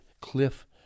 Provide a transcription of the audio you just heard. cliff